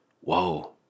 whoa